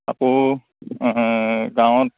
আকৌ গাঁৱত